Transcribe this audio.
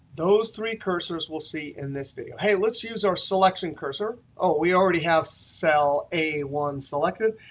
those three cursors, we'll see in this video. hey, let's use our selection cursor. oh, we already have cell a one selected.